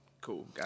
Cool